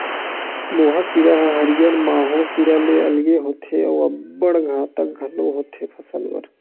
मोहा कीरा ह हरियर माहो कीरा ले अलगे होथे अउ अब्बड़ घातक घलोक होथे फसल बर